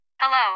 Hello